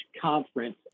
conference